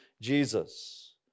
Jesus